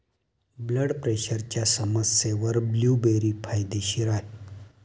blood प्रेशरच्या समस्येवर blueberry फायदेशीर आहे